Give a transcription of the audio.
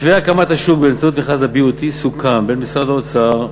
מתווה הקמת השוק באמצעות מכרז BOT סוכם בין משרד האוצר,